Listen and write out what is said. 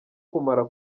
kumara